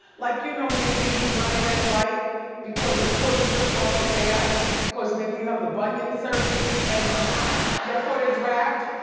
like you know maybe you run a red light because your foot slips off the gas cause maybe you have the bunion surgery, and your foot is wrapped.